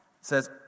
says